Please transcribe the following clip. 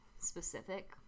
specific